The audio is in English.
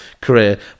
career